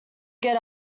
get